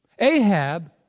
Ahab